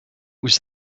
was